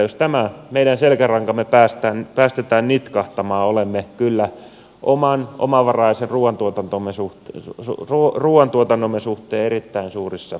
jos tämä meidän selkärankamme päästetään nitkahtamaan olemme kyllä omavaraisen ruoantuotantomme suhteen erittäin suurissa ongelmissa